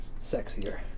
sexier